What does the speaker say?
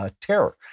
terror